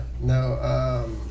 no